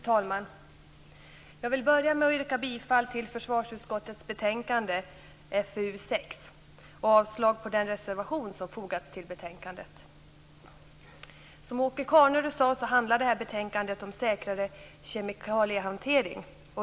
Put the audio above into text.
Fru talman! Jag börjar med att yrka bifall till hemställan i försvarsutskottets betänkande FöU6 och avslag på den reservation som fogats vid betänkandet. Som Åke Carnerö sade handlar det här betänkandet om säkrare kemikaliehantering.